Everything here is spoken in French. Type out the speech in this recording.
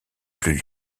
plus